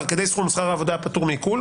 כדי סכום שכר העבודה הפטור מעיקול",